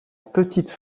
petite